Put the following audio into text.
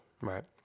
Right